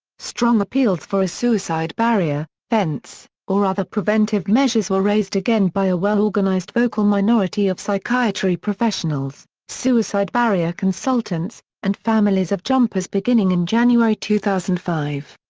strong appeals for a suicide barrier, fence, or other preventive measures were raised again by a well-organized vocal minority of psychiatry professionals, suicide barrier consultants, and families of jumpers beginning in january two thousand and five.